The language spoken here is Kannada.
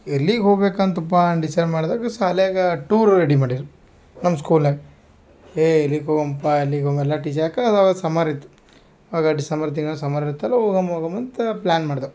ಎಲ್ಲಿಗೆ ಹೋಗ್ಬೇಕು ಅಂತಪಾ ಡಿಸೈಡ್ ಮಾಡ್ದಾಗ್ ಶಾಲೆಯಾಗ ಟೂರ್ ರೆಡಿ ಮಾಡಿದ್ರ್ ನಮ್ಮ ಸ್ಕೂಲ್ನ್ಯಾಗ ಎ ಎಲ್ಲಿಗೆ ಹೋಗೋಣಪ್ಪ ಎಲ್ಲಿಗೆ ಹೋಗು ಅದು ಅವಾಗ ಸಮ್ಮರ್ ಇತ್ತು ಆಗ ಡಿಸಂಬರ್ ತಿಂಗಳ ಸಮ್ಮರ್ ಇರುತ್ತಲ್ಲ ಹೋಗೋಮ್ ಹೋಗೋಮ್ ಅಂತ ಪ್ಲಾನ್ ಮಾಡ್ದೋ